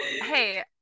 hey